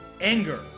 anger